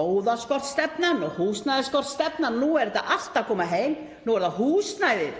lóðaskortstefnan og húsnæðisskortstefnan. Nú er þetta allt að koma heim. Nú er það húsnæði